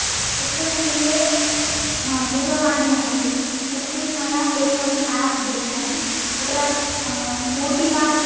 तस्य समीपे दूरवाणी आसीत् तस्मिन् मया एकम् आप् दृष्टं तत्र मोतिलाल्